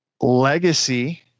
legacy